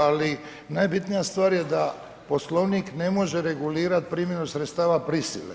Ali najbitnija stvar je da Poslovnik ne može regulirati primjenu sredstava prisile.